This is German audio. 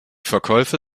verkäufe